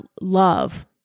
love